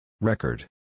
Record